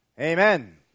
Amen